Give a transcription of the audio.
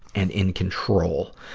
and in control.